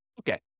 Okay